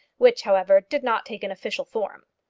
which, however, did not take an official form.